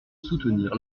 soutenir